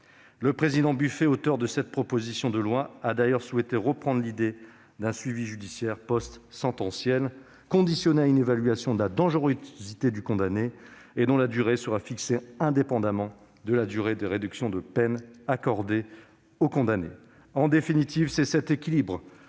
François-Noël Buffet, auteur de la présente proposition de loi, a d'ailleurs souhaité reprendre l'idée d'un suivi judiciaire postsentenciel conditionné à une évaluation de la dangerosité du condamné, et dont la durée serait fixée indépendamment de la durée des réductions de peine accordées au condamné. En définitive, c'est cet équilibre